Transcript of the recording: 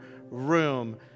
room